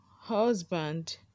husband